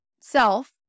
self